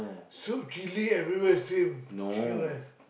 soup chilli every where same chicken rice